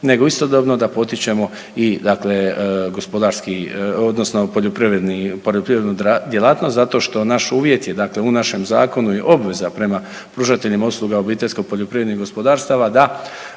nego istodobno da potičemo i dakle gospodarski odnosno poljoprivredni, poljoprivrednu djelatnost zato što naš uvjet je, dakle u našem zakonu je obveza prema pružateljima usluga obiteljsko poljoprivrednih gospodarstava da